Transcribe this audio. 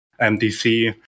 MDC